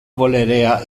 volerea